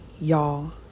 y'all